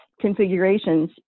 configurations